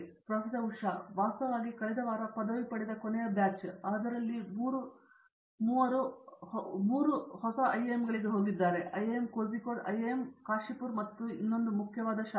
professor Usha Mohan ವಾಸ್ತವವಾಗಿ ಕಳೆದ ವಾರ ಪದವಿ ಪಡೆದ ಈ ಕೊನೆಯ ಬ್ಯಾಚ್ ಅವುಗಳಲ್ಲಿ 3 ಹೊಸ ಐಐಎಂಗಳಿಗೆ ಹೋಗಿದ್ದಾರೆ ಐಐಎಂ ಕೋಳಿಕೋಡು ಐಐಎಂ ಕಾಶಿಪುರ್ ಮತ್ತು ಮತ್ತೊಂದು ಮುಖ್ಯವಾದ ಶಾಖೆ